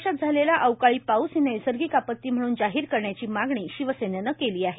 महाराष्ट्रात झालेला अवकाळी पाऊस ही नैसर्गिक आपती म्हणून जाहीर करण्याची मागणी शिवसेनेनं केली आहे